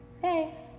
Thanks